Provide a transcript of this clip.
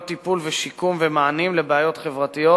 טיפול ושיקום ומענים לבעיות חברתיות,